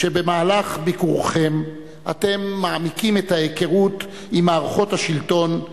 שבמהלך ביקורכם אתם מעמיקים את ההיכרות עם מערכות השלטון,